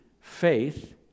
faith